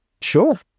Sure